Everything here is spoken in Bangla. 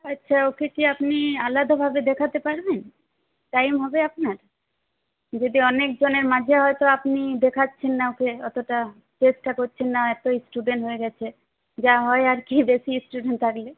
আচ্ছা ওকে কি আপনি আলাদাভাবে দেখাতে পারবেন টাইম হবে আপনার যদি অনেক জনের মাঝে হয়ত আপনি দেখাচ্ছেন না ওকে অতটা চেষ্টা করছেন না এত স্টুডেন্ট হয়ে গেছে যা হয় আর কি বেশি স্টুডেন্ট থাকলে